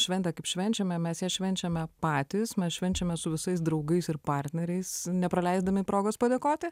šventę kaip švenčiame mes švenčiame patys mes švenčiame su visais draugais ir partneriais nepraleisdami progos padėkoti